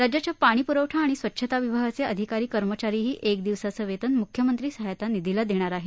राज्याच्या पाणीप्रवठा व स्वच्छता विभागाचे अधिकारी कर्मचारीही एक दिवसाचे वेतन म्ख्यमंत्री सहाय्यता निधीस देणार आहेत